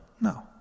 No